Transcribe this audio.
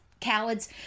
cowards